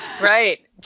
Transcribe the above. Right